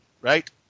right